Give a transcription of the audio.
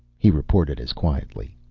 he reported as quietly.